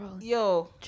Yo